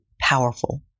powerful